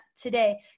today